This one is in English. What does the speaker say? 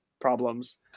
problems